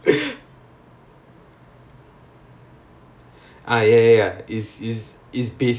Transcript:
ya I remember like calculus எல்லாம் இருக்கும்:ellaam irukkum you have calculus